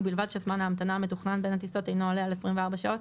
ובלבד שזמן ההמתנה המתוכנן בין הטיסות אינו עולה על 24 שעות,